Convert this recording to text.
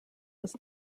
was